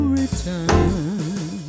return